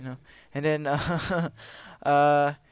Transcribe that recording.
you know and then uh uh